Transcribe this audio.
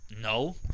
no